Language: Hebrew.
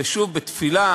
ושוב, בתפילה